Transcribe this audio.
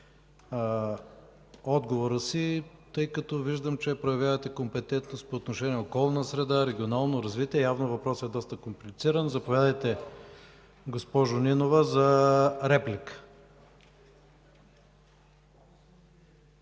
отговора си, защото виждам, че проявявате компетентност по отношение на околна среда, регионално развитие и явно въпросът е доста комплициран. Госпожо Нинова, заповядайте